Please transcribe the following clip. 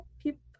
people